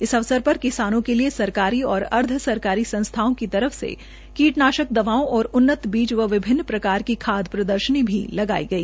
इस अवसर पर किसानों के लिए सरकारी और अर्धसरकारी संस्थाओं की तरफ से कीटनाशक दवाओं ओर उन्नत बीज व विभिन्न प्रकार की खाद प्रदर्शनी भी लगाई गई